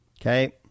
okay